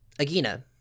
Agina